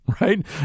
right